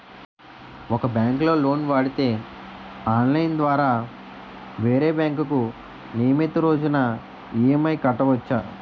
ఒక బ్యాంకులో లోను వాడితే ఆన్లైన్ ద్వారా వేరే బ్యాంకుకు నియమితు రోజున ఈ.ఎం.ఐ కట్టవచ్చు